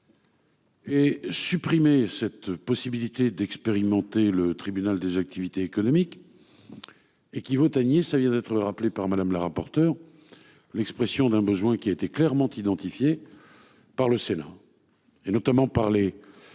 supprimer la possibilité d'expérimenter le tribunal des activités économiques équivaut à nier, comme vient de le rappeler Mme la rapporteure, l'expression d'un besoin qui a été clairement identifié par le Sénat, notamment grâce